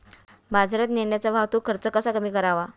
बाजारात नेण्याचा वाहतूक खर्च कसा कमी करावा?